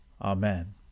Amen